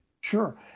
Sure